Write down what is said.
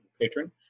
patron